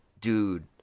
dude